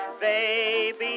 Baby